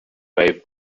wave